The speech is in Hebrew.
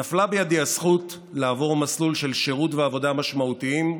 נפלה בידי הזכות לעבור מסלול של שירות ועבודה משמעותיים: